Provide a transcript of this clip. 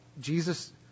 Jesus